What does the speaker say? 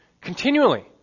continually